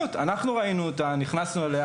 אנחנו ראינו אותה, נכנסנו אליה.